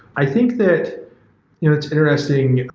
i think that it's interesting,